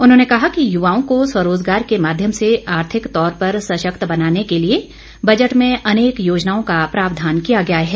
उन्होंने कहा कि युवाओं को स्वरोजगार के माध्यम से आर्थिक तौर पर सशक्त बनाने के लिए बजट में अनेक योजनाओं का प्रावधान किया गया है